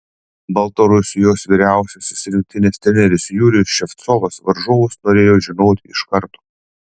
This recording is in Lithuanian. baltarusijos vyriausiasis rinktinės treneris jurijus ševcovas varžovus norėjo žinoti iš karto